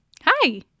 Hi